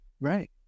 Right